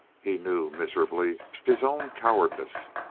he knew, miserably, his own cowardice.